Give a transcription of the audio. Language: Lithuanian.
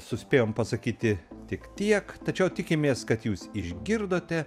suspėjom pasakyti tik tiek tačiau tikimės kad jūs išgirdote